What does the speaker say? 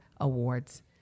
awards